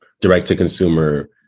direct-to-consumer